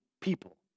people